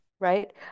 right